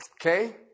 Okay